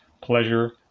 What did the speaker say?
pleasure